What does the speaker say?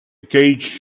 gauge